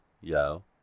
Yo